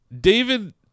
David